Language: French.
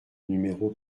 numéro